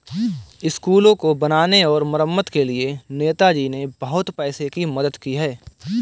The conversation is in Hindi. स्कूलों को बनाने और मरम्मत के लिए नेताजी ने बहुत पैसों की मदद की है